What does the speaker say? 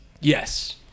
Yes